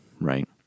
Right